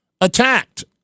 attacked